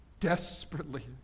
desperately